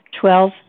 Twelve